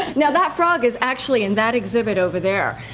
you know that frog is actually in that exhibit over there,